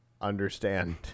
understand